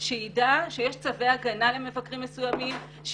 ידע שיש צווי הגנה למבקרים מסוימים,